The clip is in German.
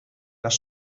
das